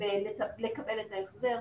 לקבל את ההחזר.